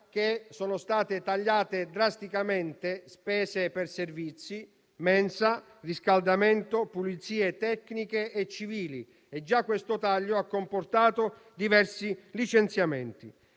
che sono state tagliate drasticamente spese per servizi, mensa, riscaldamento, pulizie tecniche e civili e che già questo taglio ha comportato diversi licenziamenti.